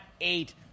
eight